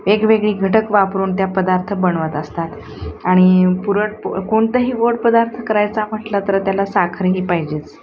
वेगवेगळी घटक वापरून त्या पदार्थ बनवत असतात आणि पुरणपो कोणतंही गोड पदार्थ करायचा म्हटलं तर त्याला साखर ही पाहिजेच